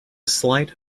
slight